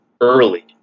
early